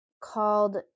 called